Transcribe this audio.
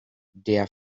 der